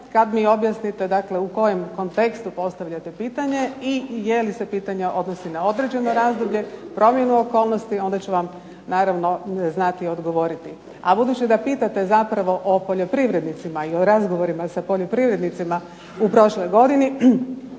kad mi objasnite dakle u kojem kontekstu postavljate pitanje i je li se pitanje odnosi na određeno razdoblje, promjenu okolnosti, onda ću vam naravno znati odgovoriti. A budući da pitate zapravo o poljoprivrednicima, i o razgovorima sa poljoprivrednicima u prošloj godini,